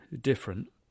different